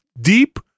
deep